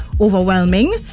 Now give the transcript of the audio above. overwhelming